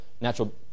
natural